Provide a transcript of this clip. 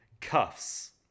Cuffs